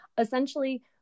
Essentially